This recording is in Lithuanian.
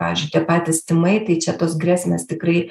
pavyzdžiui tie patys tymai tai čia tos grėsmės tikrai